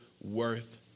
worth